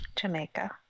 Jamaica